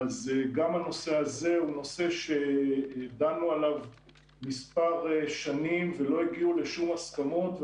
גם הנושא הזה הוא נושא שדנו עליו מספר שנים ולא הגיעו לשום הסכמות,